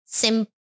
simple 。